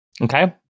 Okay